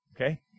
Okay